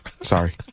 sorry